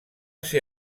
ser